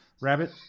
Rabbit